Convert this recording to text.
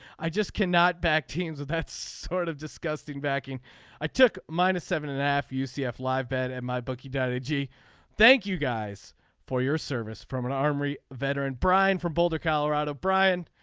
i just cannot back teams of that sort of disgusting backing i took minus seven and a half uscf live bet and my bookie. gee thank you guys for your service from an armory. veteran brian for boulder colorado brian.